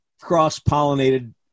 cross-pollinated